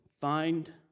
Find